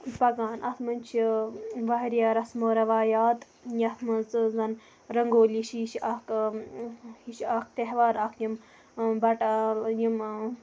پکان اَتھ مَنٛز چھِ واریاہ رَسمو رِوایات یَتھ مَنٛز ژٕ زَن رَنگولی چھِ یہِ چھِ اَکھ یہِ چھِ اَکھ تہوار اَکھ یِم بَٹہٕ یِم